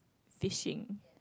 fishing